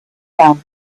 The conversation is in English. found